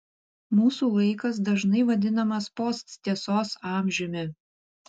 mūsų laikas dažnai vadinamas posttiesos amžiumi